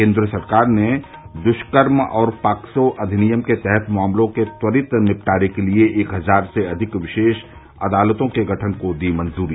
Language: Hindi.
केन्द्र सरकार ने दृष्कर्म और पॉक्सो अधिनियम के तहत मामलों के त्वरित निपटारे के लिए एक हजार से अधिक विशेष अदालतों के गठन को दी मंजरी